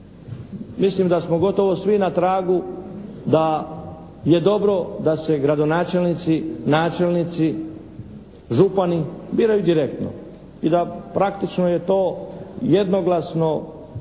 mislim da smo gotovo svi na tragu da je dobro da se gradonačelnici, načelnici, župani biraju direktno i da praktično je to jednoglasno od